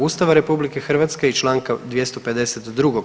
Ustava RH i Članka 252.